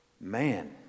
Man